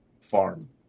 farm